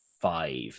five